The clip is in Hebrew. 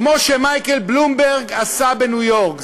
כמו שמייקל בלומברג עשה בניו-יורק,